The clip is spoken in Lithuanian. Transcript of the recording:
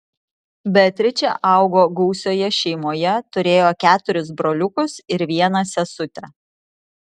beatričė augo gausioje šeimoje turėjo keturis broliukus ir vieną sesutę